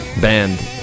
Band